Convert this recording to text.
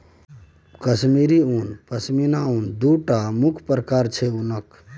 कश्मीरी उन, पश्मिना उन दु टा मुख्य प्रकार छै उनक